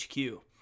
HQ